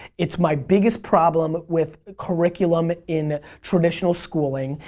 it's my biggest problem with curriculum in traditional schooling.